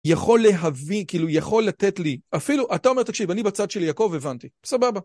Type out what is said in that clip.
יכול להביא, כאילו יכול לתת לי, אפילו אתה אומר, תקשיב, אני בצד של יעקב, הבנתי, סבבה.